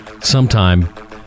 sometime